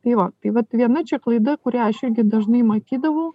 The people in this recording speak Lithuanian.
tai va tai vat viena čia klaida kurią aš šiandien dažnai matydavau